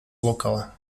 local